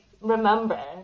remember